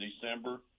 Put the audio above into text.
December